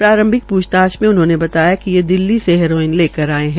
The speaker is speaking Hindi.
प्रांरभिक पृछताछ में उन्होंने बताया कि ये दिल्ली से हेरोइन ले कर आये है